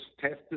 tested